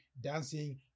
dancing